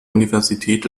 universität